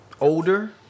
older